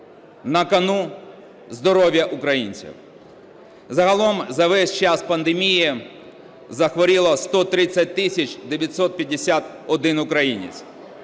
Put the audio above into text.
На кону – здоров'я українців. Загалом за весь час пандемії захворіло 130 тисяч 951 українець.